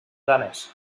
danès